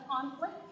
conflict